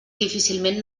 difícilment